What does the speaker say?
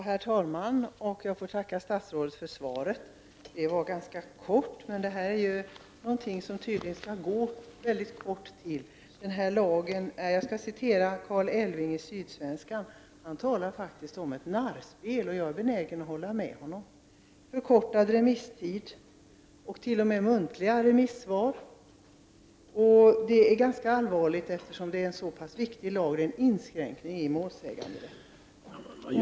Herr talman! Jag tackar statsrådet för svaret som var ganska kortfattat. Men det här är tydligen något som skall gå snabbt. Carl Elwing i Sydsvenskan talar faktiskt om ett ”narrspel”. Jag är benägen att hålla med honom. Förkortad remisstid och t.o.m. muntliga remissvar har förekommit. Det är ganska allvarligt, eftersom denna lag är så pass viktig och eftersom den inskränker målsäganderätten.